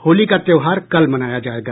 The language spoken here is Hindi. होली का त्योहार कल मनाया जायेगा